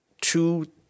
two